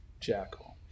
Jackal